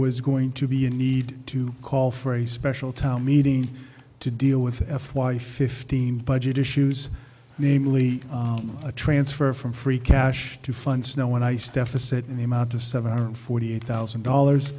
was going to be a need to call for a special town meeting to deal with f y fifteen budget issues namely a transfer from free cash to fund snow and ice deficit in the amount of seven hundred forty eight thousand dollars